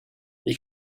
you